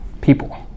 people